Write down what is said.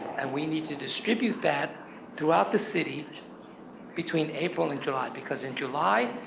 and we need to distribute that throughout the city between april and july, because in july,